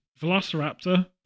Velociraptor